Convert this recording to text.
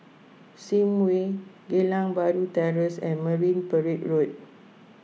Sims Way Geylang Bahru Terrace and Marine Parade Road